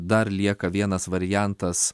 dar lieka vienas variantas